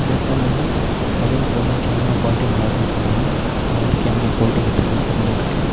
mobile phone வந்து mobile ஃபோன்ல camera quality நல்லாயிருக்குனு சொன்னாங்க ஆனால் வந்து கேமரா குவாலிட்டி வந்து ரொம்ப கம்மியாக இருக்குது